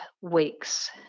weeks